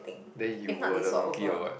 then you were the monkey or what